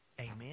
amen